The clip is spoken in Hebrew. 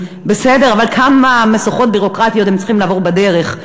אבל כמה משוכות ביורוקרטיות הם צריכים לעבור בדרך.